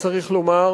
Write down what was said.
צריך לומר,